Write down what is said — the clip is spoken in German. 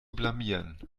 blamieren